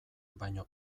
baino